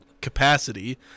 capacity